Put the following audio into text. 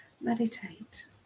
Meditate